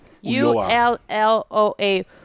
U-L-L-O-A